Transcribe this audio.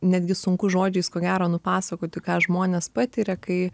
netgi sunku žodžiais ko gero nupasakoti ką žmonės patiria kai